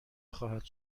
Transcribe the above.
خواهد